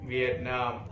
Vietnam